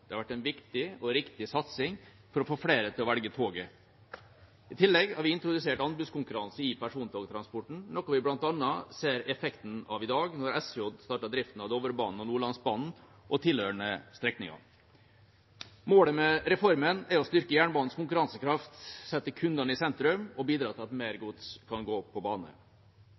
Det har vært en viktig og riktig satsing for å få flere til å velge toget. I tillegg har vi introdusert anbudskonkurranse i persontogtransporten, noe vi bl.a. ser effekten av i dag, når SJ starter driften av Dovrebanen og Nordlandsbanen og tilhørende strekninger. Målet med reformen er å styrke jernbanens konkurransekraft, sette kundene i sentrum og bidra til at mer gods kan gå på bane.